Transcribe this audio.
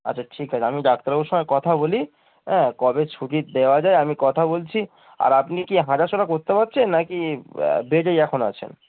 আচ্ছা ঠিক আছে আমি ডাক্তারবার সঙ্গয় কথা বলি হ্যাঁ কবে ছুটির দেওয়া যায় আমি কথা বলছি আর আপনি কি হাটা চলা করতে পারছেন না কি বেডেই এখন আছেন